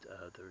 others